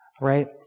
right